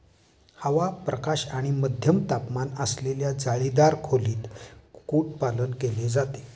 हवा, प्रकाश आणि मध्यम तापमान असलेल्या जाळीदार खोलीत कुक्कुटपालन केले जाते